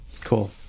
Cool